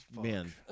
man